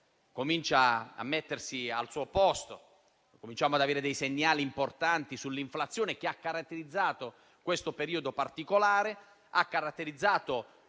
Cominciamo ad avere dei segnali importanti sull'inflazione che ha caratterizzato questo periodo particolare e tutte